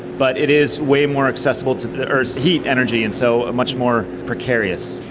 but it is way more accessible to the earth's heat energy and so ah much more precarious.